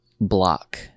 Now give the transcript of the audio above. block